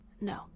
No